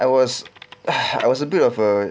I was I was a bit of a